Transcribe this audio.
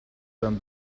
than